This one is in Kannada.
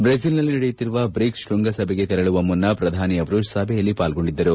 ಬ್ರೆಜೆಲ್ನಲ್ಲಿ ನಡೆಯುತ್ತಿರುವ ಬ್ರಿಕ್ಲ್ ಶೃಂಗ ಸಭೆಗೆ ತೆರಳುವ ಮುನ್ನ ಪ್ರಧಾನಿ ಅವರು ಸಭೆಯಲ್ಲಿ ಭಾಗವಹಿಸಿದ್ದರು